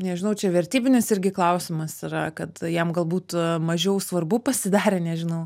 nežinau čia vertybinis irgi klausimas yra kad jam galbūt mažiau svarbu pasidarė nežinau